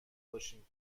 باشیم